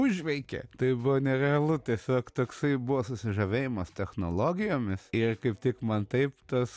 užveikė tai buvo nerealu tiesiog toksai buvo susižavėjimas technologijomis ir kaip tik man taip tas